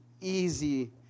Easy